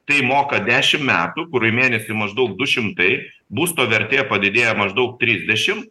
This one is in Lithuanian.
tai moka dešim metų kur į mėnesį maždaug du šimtai būsto vertė padidėja maždaug trisdešim